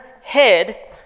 head